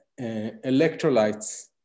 electrolytes